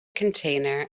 container